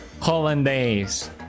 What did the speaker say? hollandaise